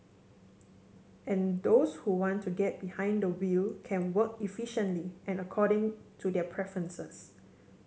and those who want to get behind the wheel can work efficiently and according to their preferences